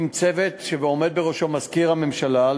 עם צוות שעומד בראשו מזכיר הממשלה,